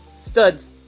studs